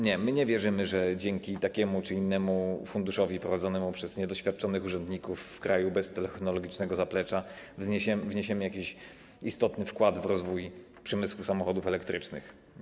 Nie, my nie wierzymy, że dzięki takiemu czy innemu funduszowi prowadzonemu przez niedoświadczonych urzędników w kraju bez technologicznego zaplecza wniesiemy jakiś istotny wkład w rozwój przemysłu samochodów elektrycznych.